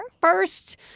first